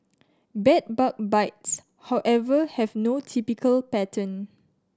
bed bug bites however have no typical pattern